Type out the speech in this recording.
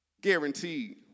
guaranteed